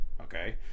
okay